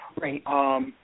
Right